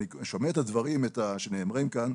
אני שומע את הדברים שנאמרים כאן.